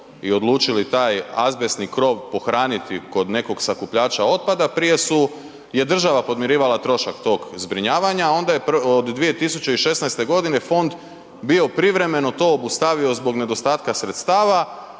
i odlučili taj azbestni krov pohraniti kod nekog sakupljača otpada prije su, je država podmirivala trošak tog zbrinjavanja, a onda je od 2016. godine fond bio privremeno to obustavio zbog nedostatka sredstava